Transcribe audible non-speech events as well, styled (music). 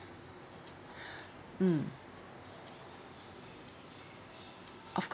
(breath) mm of